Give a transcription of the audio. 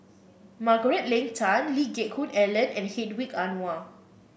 Margaret Leng Tan Lee Geck Hoon Ellen and Hedwig Anuar